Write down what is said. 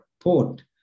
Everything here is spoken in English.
port